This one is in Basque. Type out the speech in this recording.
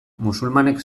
musulmanek